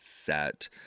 set